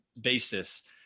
basis